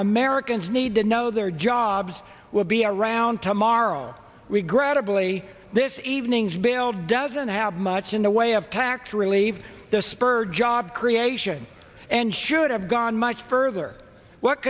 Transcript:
americans need to know their jobs will be around tomorrow regrettably this evening's baled doesn't have much in the way of tax relief the spur job creation and should have gone much further what